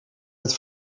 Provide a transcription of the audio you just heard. het